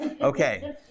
Okay